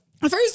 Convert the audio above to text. First